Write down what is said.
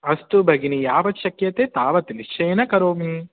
अस्तु भगिनी यावत् शक्यते तावत् निश्चयेन करोमि